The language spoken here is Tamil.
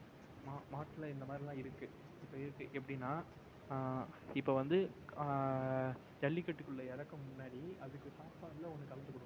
மா மாட்டில் இந்த மாதிரிலாம் இருக்குது இப்போ இருக்குது எப்படின்னா இப்போ வந்து ஜல்லிக்கட்டுக்குள்ளே இறக்கும் முன்னாடி அதுக்கு சாப்பாட்டில் ஒன்றுக் கலந்துக் கொடுப்பாங்க